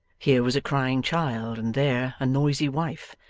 here was a crying child, and there a noisy wife.